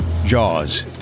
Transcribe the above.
Jaws